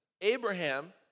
Abraham